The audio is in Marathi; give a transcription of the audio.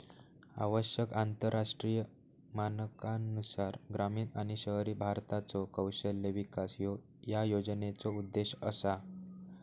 आवश्यक आंतरराष्ट्रीय मानकांनुसार ग्रामीण आणि शहरी भारताचो कौशल्य विकास ह्यो या योजनेचो उद्देश असा